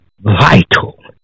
vital